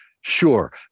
sure